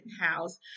house